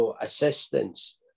assistance